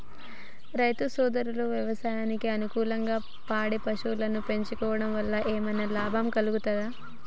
రైతు సోదరులు వ్యవసాయానికి అనుకూలంగా పాడి పశువులను పెంచడం వల్ల ఏమన్నా లాభం కలుగుతదా?